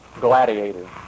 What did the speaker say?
Gladiator